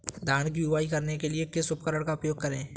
धान की बुवाई करने के लिए किस उपकरण का उपयोग करें?